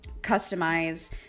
customize